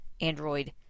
Android